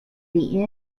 the